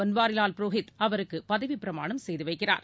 பன்வாரிவால் புரோஹித் அவருக்கு பதவிப் பிரமாணம் செய்து வைக்கிறார்